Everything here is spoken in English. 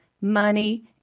money